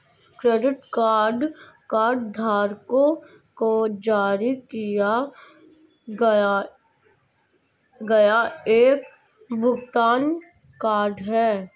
credit card कार्डधारकों को जारी किया गया एक भुगतान कार्ड है